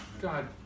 God